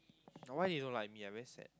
no why he don't like me I very sad